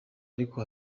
ariko